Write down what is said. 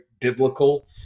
biblical